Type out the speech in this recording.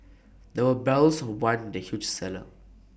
there were barrels of wine the huge cellar